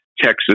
Texas